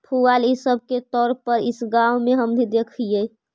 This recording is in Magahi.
पुआल इ सब के तौर पर इस गाँव में हमनि देखऽ हिअइ